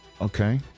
Okay